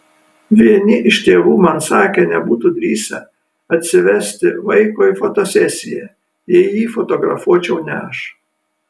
vieni iš tėvų man sakė nebūtų drįsę atsivesti vaiko į fotosesiją jei jį fotografuočiau ne aš